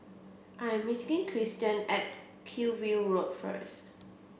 I'm meeting Kirsten at Hillview Road first